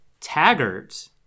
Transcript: Taggart